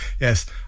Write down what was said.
yes